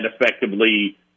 effectively